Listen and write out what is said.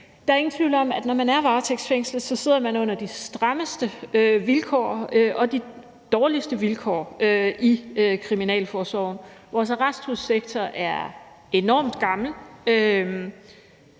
Der er ingen tvivl om, at når man er varetægtsfængslet, sidder man under de strammeste vilkår og de dårligste vilkår i kriminalforsorgen. Vores arresthussektor er enormt gammel.